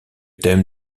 thème